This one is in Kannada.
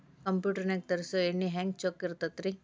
ಕಂಪ್ಯೂಟರ್ ನಾಗ ತರುಸುವ ಎಣ್ಣಿ ಹೆಂಗ್ ಚೊಕ್ಕ ಇರತ್ತ ರಿ?